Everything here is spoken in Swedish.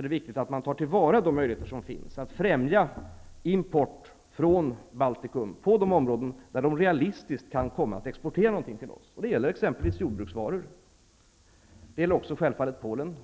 är viktigt att man tar till vara de möjligheter att främja import från Baltikum som finns inom ramen för de avtal som har slutits. Det gäller de områden där de realistiskt kan komma att exportera något till oss, t.ex. när det gäller jordbruksvaror. Detta gäller självfallet också Polen.